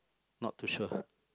not too sure